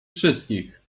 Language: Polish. wszystkich